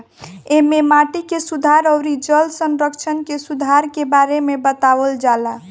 एमे माटी के सुधार अउरी जल संरक्षण के सुधार के बारे में बतावल जाला